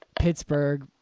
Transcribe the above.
Pittsburgh